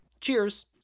Cheers